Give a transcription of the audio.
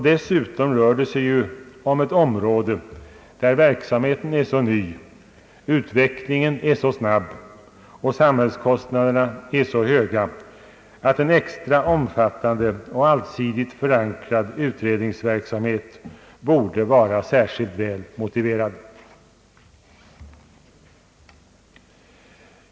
Dessutom rör det sig om ett område, där verksamheten är så ny, utvecklingen är så snabb och samhällskostnaderna är så höga att en extra omfattande och allsidigt förankrad utredningsverksamhet borde vara särskilt väl motiverad.